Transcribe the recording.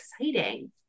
exciting